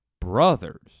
brothers